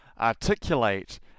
articulate